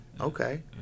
Okay